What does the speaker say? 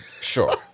sure